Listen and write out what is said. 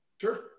Sure